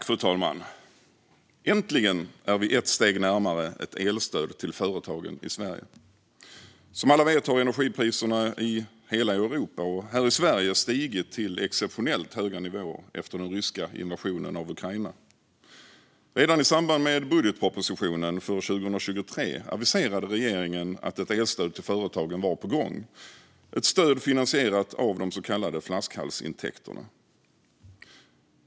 Fru talman! Äntligen är vi ett steg närmare ett elstöd till företagen i Sverige. Som alla vet har energipriserna i Sverige och övriga Europa stigit till exceptionellt höga nivåer efter den ryska invasionen av Ukraina. Redan i samband med budgetpropositionen för 2023 aviserade regeringen att ett elstöd till företagen var på gång, ett stöd finansierat av de så kallade flaskhalsintäkterna.